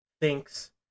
thinks